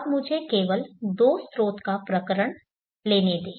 अब मुझे केवल दो स्रोत का प्रकरण लेने दें